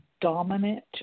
dominant